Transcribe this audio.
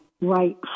right